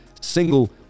single